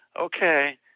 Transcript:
okay